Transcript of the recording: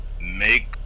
make